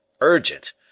Urgent